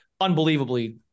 unbelievably